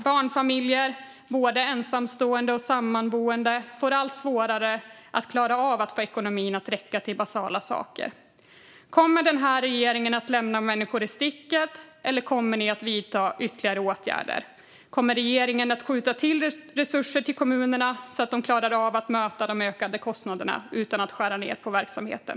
Barnfamiljer, både ensamstående och sammanboende, får allt svårare att klara av att få ekonomin att räcka till basala saker. Kommer den här regeringen att lämna människor i sticket, eller kommer ni att vidta ytterligare åtgärder? Kommer regeringen att skjuta till resurser till kommunerna så att de klarar av att möta de ökade kostnaderna utan att skära ned på verksamheten?